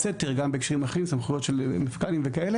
סתר; גם בהקשרים אחרים; סמכויות של מפכ"לים וכו',